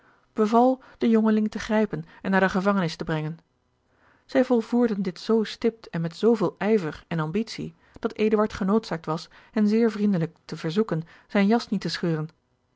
beval den jongeling te grijpen en naar de gevangenis te brengen zij volvoerden dit zoo stipt en met zooveel ijver en ambitie dat eduard genoodzaakt was hen zeer vriendelijk te verzoeken zijn jas niet te scheuren